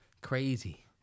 crazy